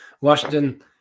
Washington